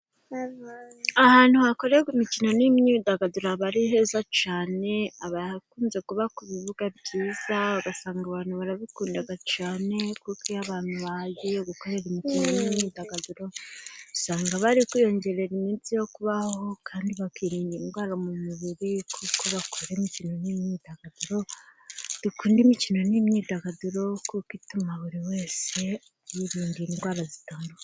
Ahantu hakorerwa imikino n'imyidagaduro aba ari heza cyane, abakunze kuba bibuga byiza ugasanga abantu barabikunda cyane, kuko iyo abantu bagiye kuhakorera imikino n'imyidagaduro, usanga bari kwiyongere iminsi yo kubaho kandi bakirinda indwara mu mubiri, kuko bakora imikino n'imyidagaduro. Dukunde imikino n'imyidagaduro, kuko ituma buri wese yirinda indwara zitandukanye.